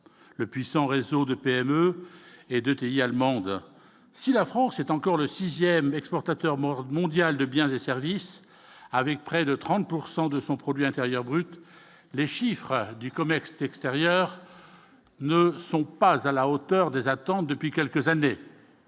le puissant réseau de PME et de TI allemande, si la France est encore le 6ème exportateur mondial de biens et services, avec près de 30 pour 100 de son produit intérieur brut, les chiffres du commerce t'extérieurs ne sont pas à la hauteur des attentes depuis quelques années,